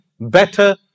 better